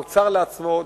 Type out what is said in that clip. מוצר לעצמו,